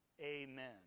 Amen